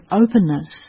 openness